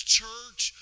church